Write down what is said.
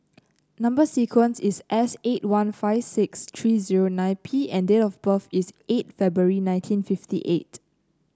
number sequence is S eight one five six three zero nine P and date of birth is eight February nineteen fifty eight